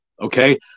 Okay